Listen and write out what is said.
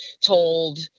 told